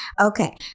okay